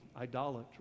idolatry